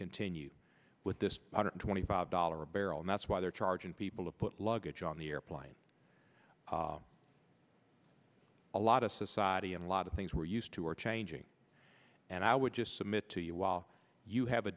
continue with this one hundred twenty five dollar a barrel and that's why they're charging people to put luggage on the airplane a lot of society and a lot of things we're used to are changing and i would just submit to you while you have a